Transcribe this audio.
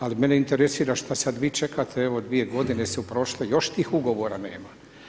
Ali, mene interesira šta sad vi čekate, evo dvije godine su prošle, još tih ugovora nema.